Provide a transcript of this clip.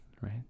right